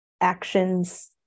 actions